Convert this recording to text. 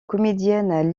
comédienne